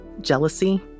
jealousy